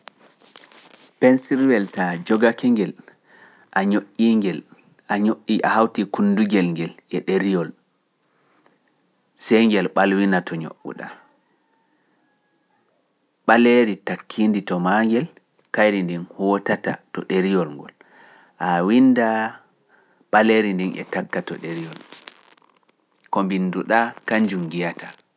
Pensirwel taa jogake ngel, a ñoƴƴi ngel, a ñoƴƴi a hawtii kundugel ngel e ɗeriyol, sey ngel ɓalwina to ñoƴƴu ɗaa. Ɓaleeri takkiindi to maa ngel, kayri ndin hotata to ɗeriyol ngol, a winndaa ɓaleeri ndin e takka to ɗeriyol, ko mbinndu ɗaa, kanjum ngiyataa.